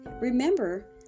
Remember